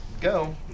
go